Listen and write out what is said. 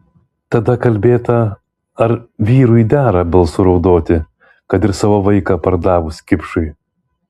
tada kalbėta ar vyrui dera balsu raudoti kad ir savo vaiką pardavus kipšui